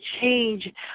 change